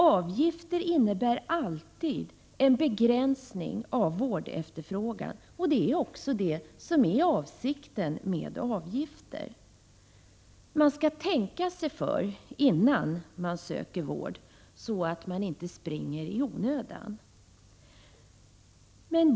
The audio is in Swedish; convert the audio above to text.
Avgifter innebär alltid en begränsning av vårdefterfrågan, och det är också det som är avsikten med avgifter. Man skall tänka sig för innan man söker vård, så att man inte springer i väg i onödan.